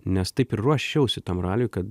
nes taip ir ruošiausi tam raliui kad